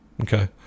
Okay